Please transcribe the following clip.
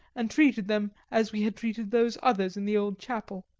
and treated them as we had treated those others in the old chapel.